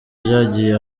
byagiye